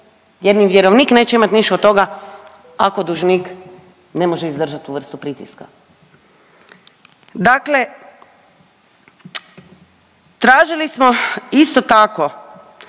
jer ni vjerovnik neće imat ništa od toga ako dužnik ne može izdržat tu vrstu pritiska. Dakle, tražili smo isto tako